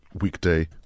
weekday